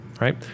right